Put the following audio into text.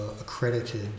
accredited